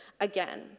again